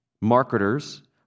marketers